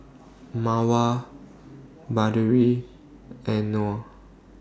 Mawar Batari and Noh